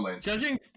Judging